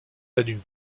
danube